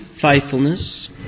faithfulness